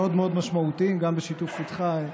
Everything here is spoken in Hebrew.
גם בשיתוף איתך,